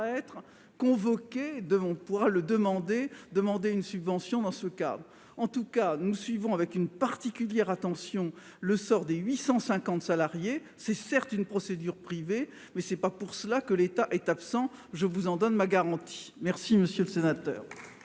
être convoqué devant toi le demander, demander une subvention dans ce cas, en tout cas, nous suivrons avec une particulière attention le sort de 850 salariés, c'est certes une procédure privée mais ce n'est pas pour cela que l'État est absent, je vous en donne ma garantie merci monsieur le sénateur.